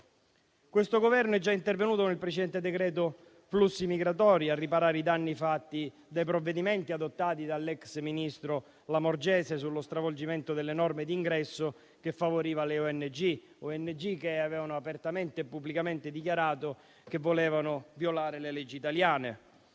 Il Governo è già intervenuto con il precedente decreto sui flussi migratori a riparare i danni fatti dai provvedimenti adottati dall'ex ministro Lamorgese sullo stravolgimento delle norme d'ingresso che favorivano le ONG, che avevano apertamente e pubblicamente dichiarato di voler violare le leggi italiane.